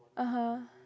(uh huh)